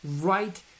right